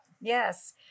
Yes